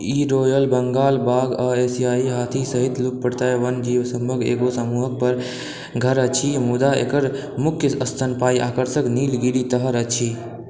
ई royal Bengal बाघ आ एशियाई हाथी सहित लुप्तप्राय वन्यजीवसभक एगो समूहक घर अछि मुदा एकर मुख्य स्तनपायी आकर्षण नीलगिरी तहर अछि